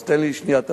אז תן לי שנייה.